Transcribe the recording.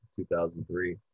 2003